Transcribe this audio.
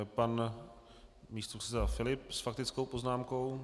Pan místopředseda Filip s faktickou poznámku.